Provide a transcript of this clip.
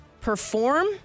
perform